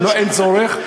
אין צורך.